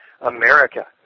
America